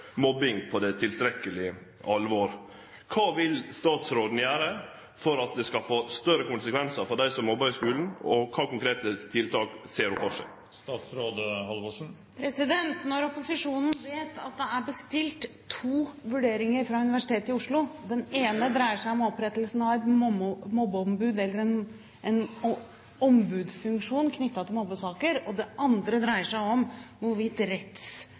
mobbing tilstrekkeleg alvorleg. Kva vil statsråden gjere for at det skal få større konsekvensar å vere mobbar i skulen, og kva for konkrete tiltak ser ho for seg? Når opposisjonen vet at det er bestilt to vurderinger fra Universitetet i Oslo, der den ene dreier seg om opprettelsen av et mobbeombud eller en ombudsfunksjon knyttet til mobbesaker, og den andre dreier seg om hvorvidt